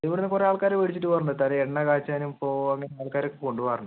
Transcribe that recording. ഇവിടെ നിന്ന് കുറെ ആൾക്കാർ മേടിച്ചിട്ട് പോകാറുണ്ട് തലയിൽ എണ്ണകാച്ചാനും ഇപ്പോൾ അങ്ങനെ ആൾക്കാരൊക്കെ കൊണ്ടുപോകാറുണ്ട്